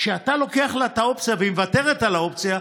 כשאתה לוקח לה את האופציה והיא מוותרת על האופציה,